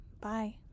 Bye